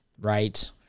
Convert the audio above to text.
right